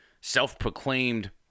Self-proclaimed